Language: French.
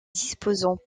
disposant